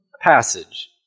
passage